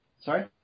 Sorry